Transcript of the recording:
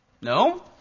No